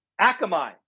Akamai